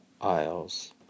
aisles